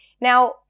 Now